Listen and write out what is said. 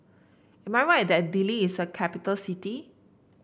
am I right that Dili is a capital city